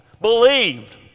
believed